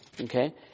Okay